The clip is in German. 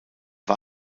war